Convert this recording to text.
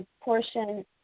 portion